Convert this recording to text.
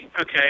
okay